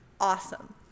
awesome